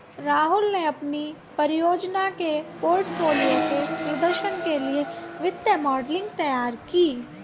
राहुल ने अपनी परियोजना के पोर्टफोलियो के प्रदर्शन के लिए वित्तीय मॉडलिंग तैयार की